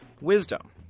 Wisdom